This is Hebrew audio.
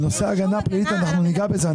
בנושא ההגנה הפלילית, אנחנו ניגע בזה.